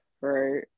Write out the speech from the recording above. right